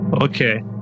Okay